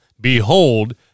behold